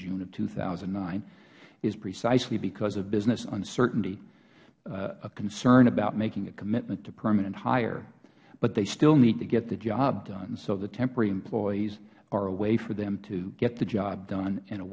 june two thousand and nine is precisely because of business uncertainty or concern about making a commitment to permanent hire but they still need to get the job done so the temporary employees are a way for them to get the job done and a